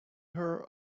her